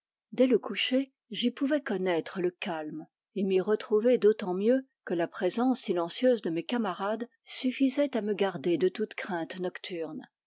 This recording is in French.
dès le coucher j'y pouvais connaître le calme et m'y retrouver d'autant mieux que la présence silencieuse de mes camarades suffisait à me garder de toute crainte nocturne